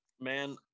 Man